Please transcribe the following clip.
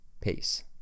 Peace